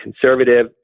Conservative